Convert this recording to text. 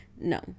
no